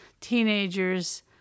teenagers